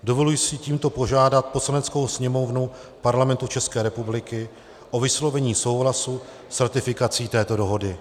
Dovoluji si tímto požádat Poslaneckou sněmovnu Parlamentu České republiky o vyslovení souhlasu s ratifikací této dohody.